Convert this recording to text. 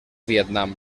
vietnam